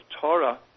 Torah